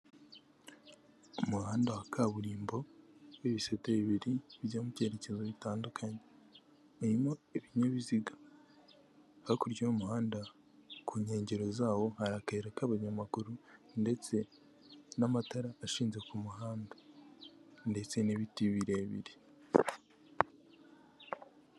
Umuhanda wa kaburimbo w'ibisete bibiri byo mu byerekezo bitandukanye, birimo ibinyabiziga hakurya y'umuhanda ku nkengero zawo hari akayira k'abanyamaguru, ndetse n'amatara ashinze ku muhanda, ndetse n'ibiti birebire.